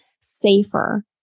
safer